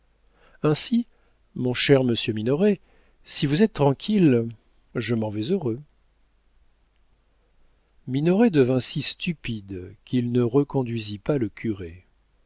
ainsi mon cher monsieur minoret si vous êtes tranquille je m'en vais heureux minoret devint si stupide qu'il ne reconduisit pas le curé